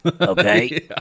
Okay